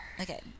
Okay